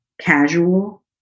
casual